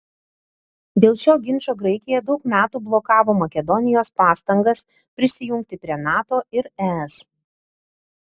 dėl šio ginčo graikija daug metų blokavo makedonijos pastangas prisijungti prie nato ir es